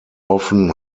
often